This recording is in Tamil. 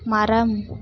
மரம்